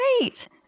great